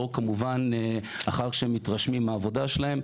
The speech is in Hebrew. כמובן לאחר שמתרשמים מהעבודה שלהם.